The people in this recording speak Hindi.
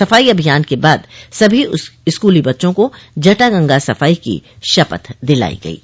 सफाई अभियान के बाद सभी स्कूली बच्चों को जटागंगा सफाई की शपथ दिलायी गयी